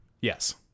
yes